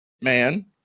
man